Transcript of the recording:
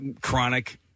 chronic